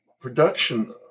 production